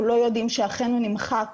אנחנו לא יודעים שאכן הוא נמחק.